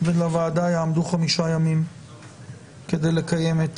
ולוועדה יעמדו חמישה ימים כדי לקיים את